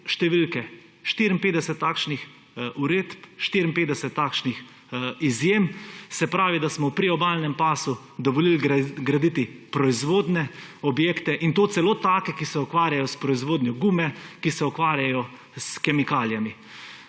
številke! 54 takšnih uredb, 54 takšnih izjem; se pravi, da smo v priobalnem pasu dovolili graditi proizvodne objekte, in to celo take, ki se ukvarjajo s proizvodnjo gume, ki se ukvarjajo s kemikalijami.